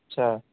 اچھا